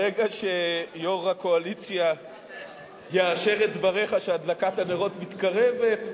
ברגע שיושב-ראש הקואליציה יאשר את דבריך שהדלקת הנרות מתקרבת,